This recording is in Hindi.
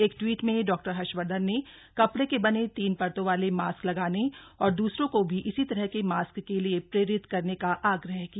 एक ट्वीट में डॉक्टर हर्षवर्धन ने कपड़े के बने तीन परतों वाले मास्क लगाने और द्सरों को भी इसी तरह के मास्क के लिये प्रेरित करने का आग्रह किया